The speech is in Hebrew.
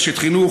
אשת חינוך,